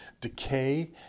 decay